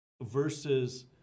Versus